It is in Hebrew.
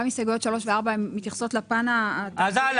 גם הסתייגויות 3 ו-4 הן מתייחסות לפן --- הלאה.